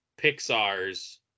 Pixar's